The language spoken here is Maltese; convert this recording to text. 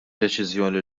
deċiżjoni